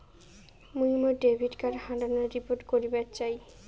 মুই মোর debit card হারানোর রিপোর্ট করিবার চাই